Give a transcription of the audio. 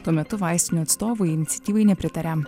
tuo metu vaistinių atstovai iniciatyvai nepritaria